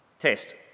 Test